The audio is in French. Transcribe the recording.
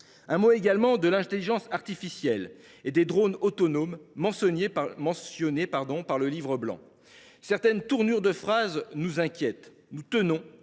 un mot sur l’intelligence artificielle et les drones autonomes mentionnés par le livre blanc, car certaines tournures de phrase nous inquiètent. Nous tenons